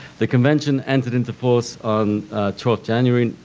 the convention entered into force on twelfth january,